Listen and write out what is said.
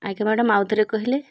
ଆଜ୍ଞା ମ୍ୟାଡ଼ାମ୍ ଆଉ ଥରେ କହିଲେ